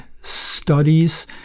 studies